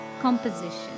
composition